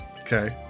okay